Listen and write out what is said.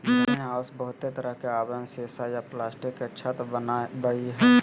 greenhouse बहुते तरह के आवरण सीसा या प्लास्टिक के छत वनावई हई